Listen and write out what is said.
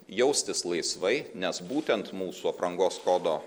jaustis laisvai nes būtent mūsų aprangos kodo